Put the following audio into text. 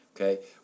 okay